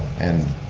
and